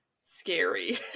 scary